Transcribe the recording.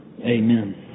Amen